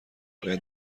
باید